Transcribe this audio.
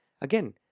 Again